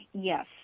Yes